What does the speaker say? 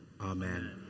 Amen